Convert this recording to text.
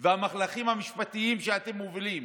והמהלכים המשפטיים שאתם מובילים,